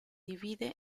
divide